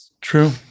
true